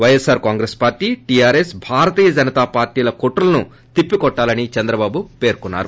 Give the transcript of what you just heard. YSR Congress party TRS Bharatiya Janata పార్టీల కుట్రలను తిప్పికోట్టాలని చంద్రబాబు పేర్కొన్నారు